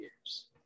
years